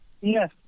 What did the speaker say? Yes